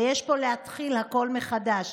ויש פה להתחיל הכול מחדש.